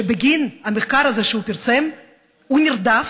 שבגין המחקר הזה שהוא פרסם הוא נרדף,